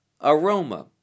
aroma